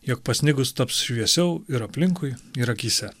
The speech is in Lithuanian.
jog pasnigus taps šviesiau ir aplinkui ir akyse